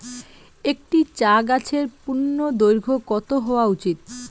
একটি চা গাছের পূর্ণদৈর্ঘ্য কত হওয়া উচিৎ?